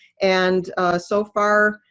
and so far,